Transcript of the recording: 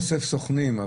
אוסף סוכנים.